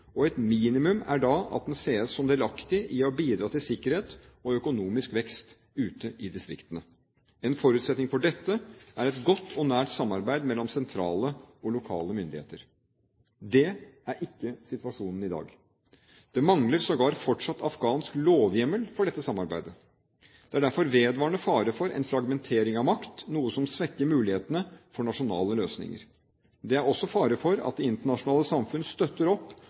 og et minimum er da at den ses som delaktig i å bidra til sikkerhet og økonomisk vekst ute i distriktene. En forutsetning for dette er et godt og nært samarbeid mellom sentrale og lokale myndigheter. Det er ikke situasjonen i dag. Det mangler sågar fortsatt afghansk lovhjemmel for dette samarbeidet. Det er derfor vedvarende fare for en fragmentering av makt, noe som svekker mulighetene for nasjonale løsninger. Det er også fare for at det internasjonale samfunn støtter opp